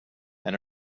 and